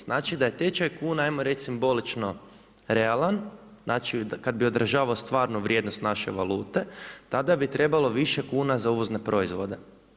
Znači da je tečaj kune, ajmo reći simbolično realan, znači kada bi održavao stvarnu vrijednost naše valute tada bi trebalo više kuna za uvozne proizvode.